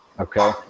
okay